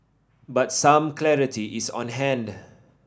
but some clarity is on hand